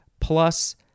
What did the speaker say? plus